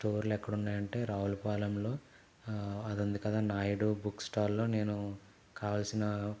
స్టోర్లు ఎక్కడున్నాయి అంటే రావులపాలెంలో అదుందికదా నాయుడు బుక్స్టాల్లో నేను కావల్సిన